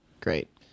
Great